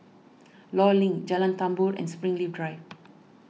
Law Link Jalan Tambur and Springleaf Drive